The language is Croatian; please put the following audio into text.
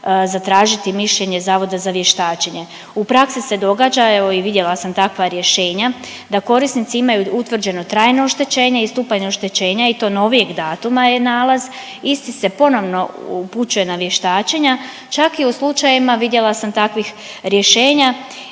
zatražiti mišljenje Zavoda za vještačenje. U praksi se događa, evo i vidjela sam takva rješenja da korisnici imaju utvrđeno trajno oštećenje i stupanj oštećenja i to novijeg datuma je nalaz. Isti se ponovno upućuje na vještačenja, čak i u slučajevima vidjela sam takvih rješenja